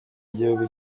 igihugu